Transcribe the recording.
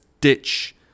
ditch